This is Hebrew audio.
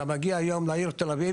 אתה מגיע היום לעיר תל-אביב,